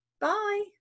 Bye